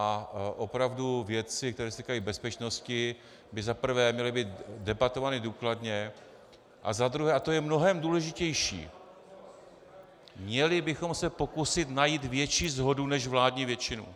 A opravdu věci, které se týkají bezpečnosti by za prvé měly být debatovány důkladně a za druhé, a to je mnohem důležitější, měli bychom se pokusit najít větší shodu než vládní většinu.